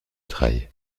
trailles